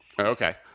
Okay